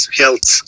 health